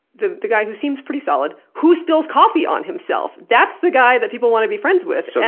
the the guy who seems pretty solid, who spills coffee on himself! that's the guy that people want to be friends with. so